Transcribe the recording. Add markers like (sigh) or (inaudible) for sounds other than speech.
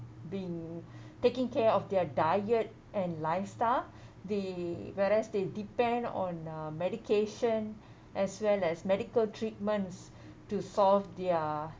been (breath) taking care of their diet and lifestyle (breath) the whereas they depend on uh medication (breath) as well as medical treatments (breath) to solve their